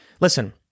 Listen